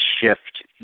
shift